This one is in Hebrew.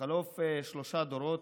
בחלוף שלושה דורות,